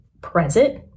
present